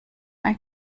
ein